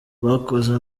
bakoze